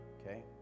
Okay